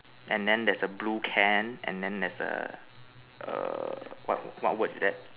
and then there's a blue can and then there's a err what what word is that